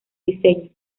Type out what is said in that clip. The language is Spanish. diseño